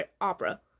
opera